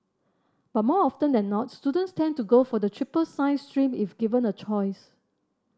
but more often than not students tend to go for the triple science stream if given a choice